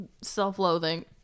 self-loathing